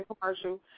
commercial